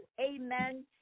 amen